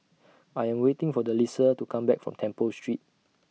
I Am waiting For Delisa to Come Back from Temple Street